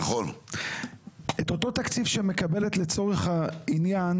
את אותו תקציב שמקבלת לצורך העניין,